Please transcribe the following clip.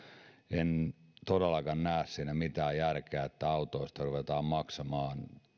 en todellakaan näe siinä mitään järkeä että autoista ruvetaan maksamaan